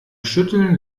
schütteln